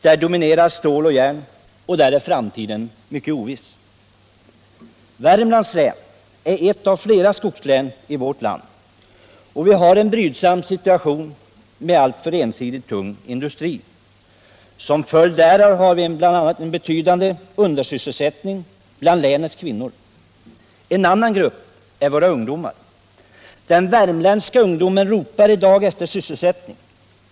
Där dominerar stål och järn, och där är framtiden mycket oviss. Värmlands län är ett av flera skogslän i vårt land, och vi har en mycket brydsam situation med en alltför ensidig, tung industri. Som följd därav har vi bl.a. en betydande undersysselsättning bland länets kvinnor. En annan grupp är våra ungdomar. Den värmländska ungdomen ropar i dag efter sysselsättning.